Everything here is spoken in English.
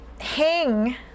hang